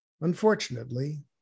unfortunately